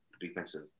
defensive